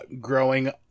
growing